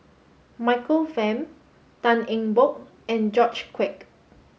Michael Fam Tan Eng Bock and George Quek